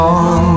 on